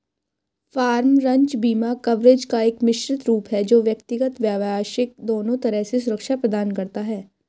farm, ranch बीमा coverage का एक मिश्रित रूप है जो व्यक्तिगत, व्यावसायिक दोनों तरह से सुरक्षा प्रदान करता है